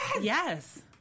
Yes